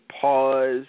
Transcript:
pause